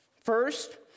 First